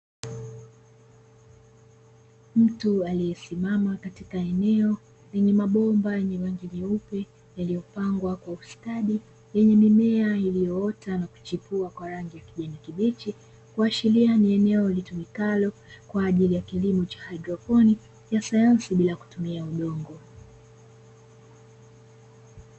Mtu aliyesimama katika eneo lenye mabomba yenye rangi nyeupe yaliyopangwa kwa ustadi yenye mimea iliyoota na kuchipua kwa rangi ya kijani kibichi, kuashiria ni eneo litumikalo kwa ajili ya kilimo cha haidroponi cha sayansi bila kutumia udongo.